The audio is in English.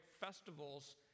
festivals